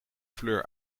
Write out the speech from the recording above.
fleur